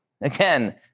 again